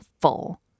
full